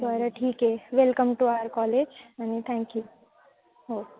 बरं ठीक आहे वेलकम टू आर कॉलेज आणि थँक्यू हो